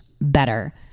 better